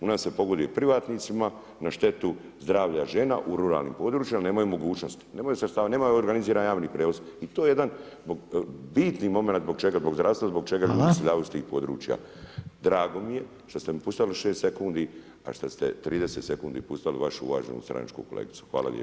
U nas se pogoduje privatnicima, na štetu zdravlja žena u ruralnim područjima jer nemaju mogućnosti, nemaju sredstava, nemaju organiziran javni prijevoz i to je jedna bitni momenat zbog čega, zbog zdravstva, zbog čega ljudi iseljavaju iz tih područja [[Upadica Reiner: Hvala.]] Drago je što ste me pustili 6 sekundi, a šta ste 30 sekundi pustili vašu uvaženi stranačku kolegicu, hvala lijepo.